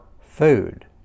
food